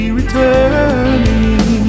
returning